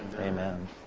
Amen